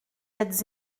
êtes